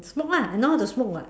smoke ah I know how to smoke [what]